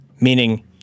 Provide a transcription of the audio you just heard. meaning